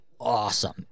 Awesome